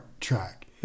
track